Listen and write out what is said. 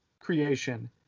creation